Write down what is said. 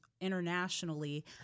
internationally